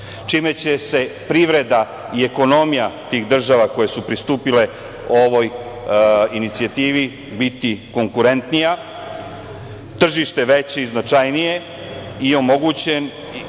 čime će privreda i ekonomija tih država koje su pristupile ovoj inicijativi biti konkurentnija, tržište veće i značajnije i omogućen